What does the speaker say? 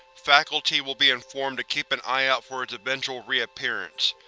faculty will be informed to keep an eye out for its eventual reappearance.